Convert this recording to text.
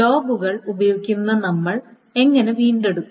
ലോഗുകൾ ഉപയോഗിച്ച് നമ്മൾ എങ്ങനെ വീണ്ടെടുക്കും